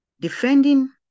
Defending